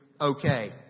okay